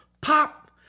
pop